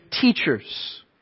teachers